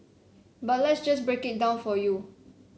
but let's just break it down for you